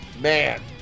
man